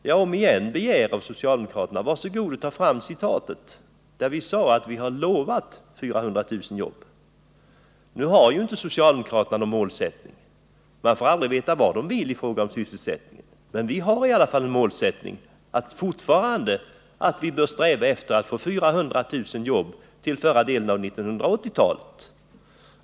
Jag begär om igen av socialdemokraterna: Var så goda och ta fram citatet där vi sagt att vi har lovat 400 000 jobb! Socialdemokraterna har ju inte någon målsättning. Man får aldrig veta vad de vill i fråga om sysselsättningen, men vi har i alla fall en målsättning: Vi bör fortfarande sträva efter att få fram 400 000 jobb till förra hälften av 1980-talet.